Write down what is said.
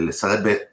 sarebbe